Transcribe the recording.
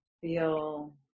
feel